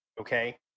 Okay